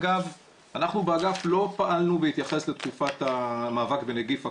באגף לא פעלנו בהתייחס לתקופת המאבק בנגיף הקורונה,